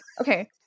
Okay